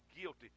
guilty